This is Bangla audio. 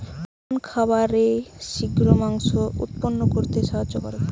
কোন খাবারে শিঘ্র মাংস উৎপন্ন করতে সাহায্য করে?